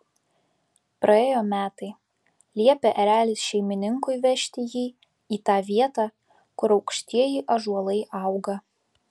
praėjo metai liepė erelis šeimininkui vežti jį į tą vietą kur aukštieji ąžuolai auga